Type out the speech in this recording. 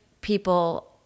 people